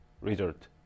result